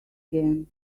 game